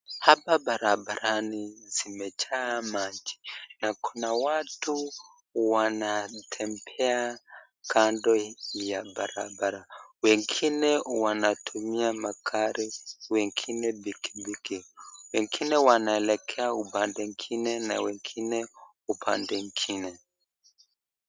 Hapa barabarani imejaa maji na kuna watu wanatembea kando ya barabara wengine wanatumia magari, wengine pikipiki na wengine wanelekea upande ingine.